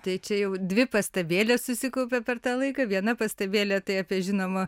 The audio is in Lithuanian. tai čia jau dvi pastabėlės susikaupė per tą laiką viena pastabėlė tai apie žinoma